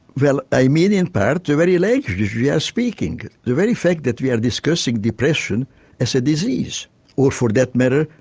well i mean in part the very language we are speaking, the very fact that we are discussing depression as a disease or, for that matter,